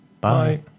bye